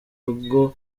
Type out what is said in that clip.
rugo